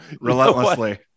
relentlessly